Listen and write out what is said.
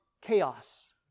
chaos